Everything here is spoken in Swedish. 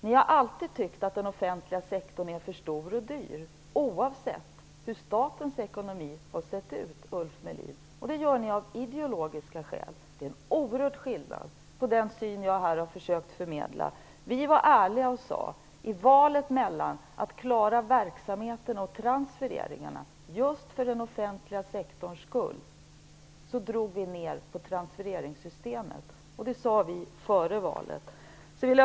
Ni har alltid tyckt att den offentliga sektorn är för stor och för dyr oavsett hur statens ekonomi har sett ut. Det gör ni av ideologiska skäl. Det är en oerhörd skillnad jämfört med den syn jag här har försökt förmedla. Vi var ärliga och sade att vi i valet mellan att klara verksamheten och att klara transfereringarna just för den offentliga sektorns skull drog ned på transfereringssystemen. Det sade vi före valet.